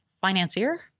financier